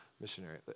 missionary